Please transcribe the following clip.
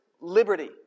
liberty